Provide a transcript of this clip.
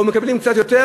או מקבלים קצת יותר,